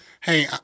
hey